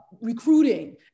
recruiting